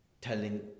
telling